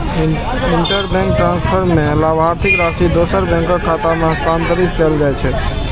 interbank transfer मे लाभार्थीक राशि दोसर बैंकक खाता मे हस्तांतरित कैल जाइ छै